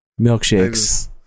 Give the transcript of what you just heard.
milkshakes